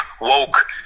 woke